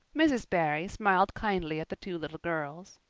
mrs. barry smiled kindly at the two little girls.